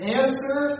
answer